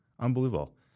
unbelievable